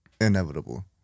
inevitable